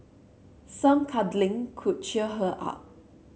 some cuddling could cheer her up